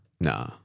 Nah